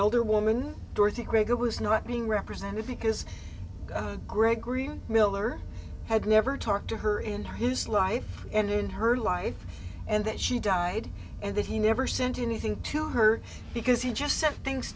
older woman dorothy craig was not being represented because gregory miller had never talked to her in his life and in her life and that she died and that he never sent anything to her because he just sent things